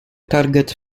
targets